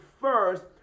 first